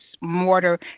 mortar